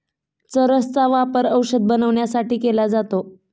चरस चा वापर औषध बनवण्यासाठी केला जातो